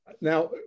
Now